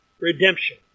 redemption